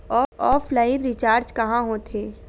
Offline recharge कहां होथे?